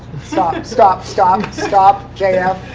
stop, stop, stop, stop, j f.